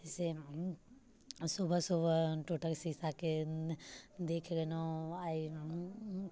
से सुबह सुबह टूटल शीशाके देख लेलहुँ आइ